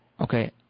Okay